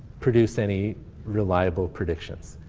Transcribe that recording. produce any reliable predictions.